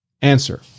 Answer